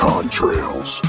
Contrails